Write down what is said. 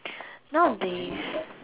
nowadays